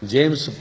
James